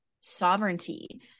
sovereignty